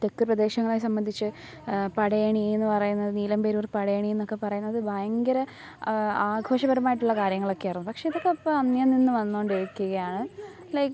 തെക്ക് പ്രദേശങ്ങളെ സംബന്ധിച്ച് പടയണീന്ന് പറയുന്നത് നീലം പേരൂർ പടയണീന്നക്കെ പറയുന്നത് ഭയങ്കര ആഘോഷപരമായിട്ടുള്ള കാര്യങ്ങളൊക്കെയായിരുന്നു പക്ഷേ ഇതിപ്പോൾ ഇപ്പം അന്യം നിന്ന് വന്നോണ്ടിരിക്കുകയാണ് ലൈക്